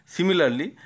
Similarly